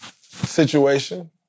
situation